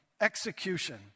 Execution